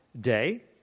day